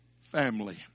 family